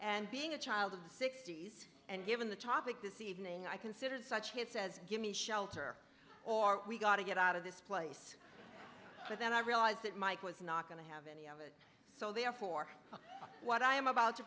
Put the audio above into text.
and being a child of the sixty's and given the topic this evening i considered such hits as gimme shelter or we got to get out of this place but then i realized that mike was not going to have any of us so therefore what i am about to